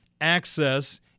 access